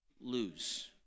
lose